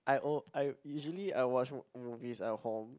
I al~ I usually I watch m~ movies at home